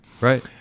right